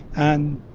and